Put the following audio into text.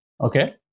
okay